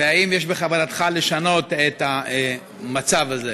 והאם יש בכוונתך לשנות את המצב הזה?